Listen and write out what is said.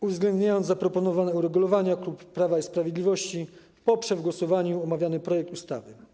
Uwzględniając zaproponowane uregulowania, klub Prawa i Sprawiedliwości poprze w głosowaniu omawiany projekt ustawy.